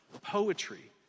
poetry